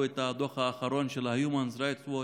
את הדוח האחרון של ה-Human Rights Watch.